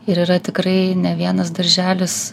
ir yra tikrai ne vienas darželis